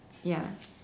ya